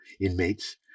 inmates